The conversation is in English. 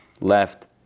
left